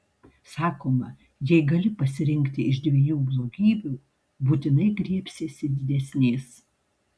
sakoma jei gali pasirinkti iš dviejų blogybių būtinai griebsiesi didesnės